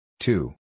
Two